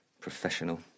Professional